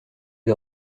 des